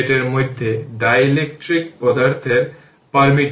আমি আশা করি এটি বুঝতে পেরেছ